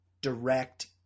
direct